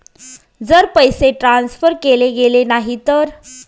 जर पैसे ट्रान्सफर केले गेले नाही तर?